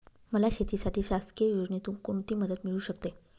मला शेतीसाठी शासकीय योजनेतून कोणतीमदत मिळू शकते?